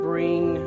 bring